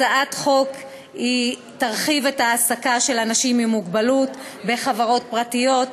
הצעת החוק תרחיב את ההעסקה של אנשים עם מוגבלות בחברות פרטיות,